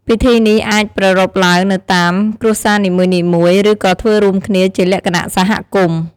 ពិធីនេះអាចប្រារព្ធឡើងនៅតាមគ្រួសារនីមួយៗ ឬក៏ធ្វើរួមគ្នាជាលក្ខណៈសហគមន៍។